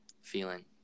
feeling